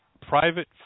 private